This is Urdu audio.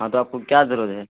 ہاں تو آپ کو کیا ضرورت ہے